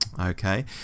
Okay